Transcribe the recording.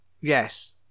Yes